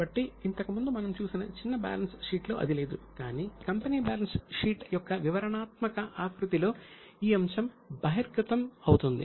కాబట్టి ఇంతకుముందు మనం చూసిన చిన్న బ్యాలెన్స్ షీట్లో అది లేదు కానీ కంపెనీ బ్యాలెన్స్ షీట్ యొక్క వివరణాత్మక ఆకృతిలో ఈ అంశం బహిర్గతం అవుతుంది